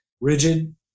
rigid